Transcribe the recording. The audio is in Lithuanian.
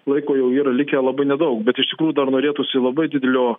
laiko jau yra likę labai nedaug bet iš tikrųjų dar norėtųsi labai didelio